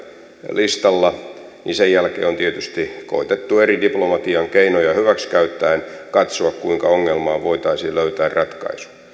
listalla niin sen jälkeen on tietysti koetettu eri diplomatian keinoja hyväksi käyttäen katsoa kuinka ongelmaan voitaisiin löytää ratkaisu